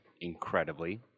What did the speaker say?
incredibly